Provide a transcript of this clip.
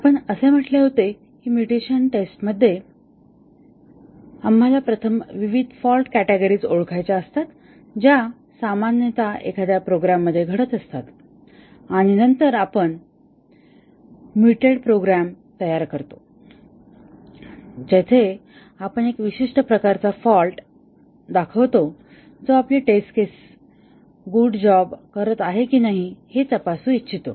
आपण असे म्हटले होते की म्युटेशन टेस्टमध्ये आम्हाला प्रथम विविध फॉल्ट कॅटेगरीज ओळखायच्या असतात ज्या सामान्यत एखाद्या प्रोग्रॅमात घडतात आणि नंतर आपण मुटेड प्रोग्रॅम तयार करतो जिथे आपण एक विशिष्ट प्रकारचा फॉल्ट सादर करतो जो आपली टेस्ट केसेस गुड जॉब करत आहेत की नाही हे तपासू इच्छितो